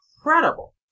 incredible